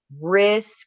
risk